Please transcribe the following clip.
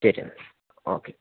ശരിയെന്നാല് okay